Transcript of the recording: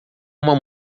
uma